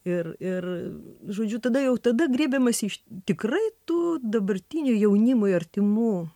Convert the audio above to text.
ir ir žodžiu tada jau tada griebiamasi iš tikrai tų dabartinių jaunimui artimų